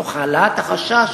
תוך העלאת החשש